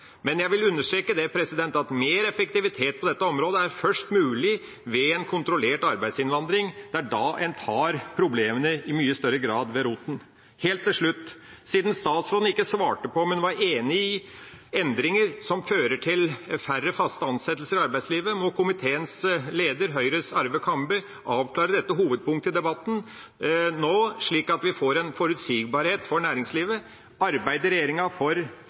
Men jeg vil understreke at mer effektivitet på dette området først er mulig ved en kontrollert arbeidsinnvandring. Det er da en i mye større grad tar problemene ved roten. Helt til slutt: Siden statsråden ikke svarte på om hun var enig i endringer som fører til færre faste ansettelser i arbeidslivet, må komiteens leder, Høyres Arve Kambe, avklare dette hovedpunktet i debatten nå, slik at vi får en forutsigbarhet for næringslivet. Arbeider regjeringa for